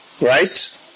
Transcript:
right